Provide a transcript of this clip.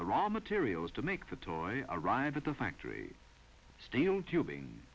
the raw materials to make the toys arrive at the factory steel tubing